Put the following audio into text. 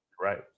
right